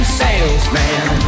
salesman